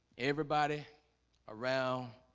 everybody around